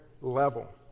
level